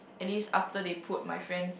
at least after they put my friends